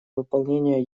выполнение